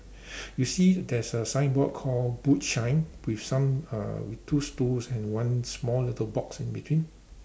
you see there's a signboard call boot shine with some uh with two stools and one small little box in between